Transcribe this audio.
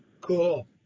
Cool